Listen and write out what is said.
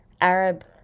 Arab